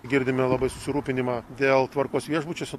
girdime labai susirūpinimą dėl tvarkos viešbučiuose